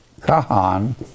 Kahan